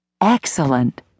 Excellent